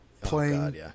playing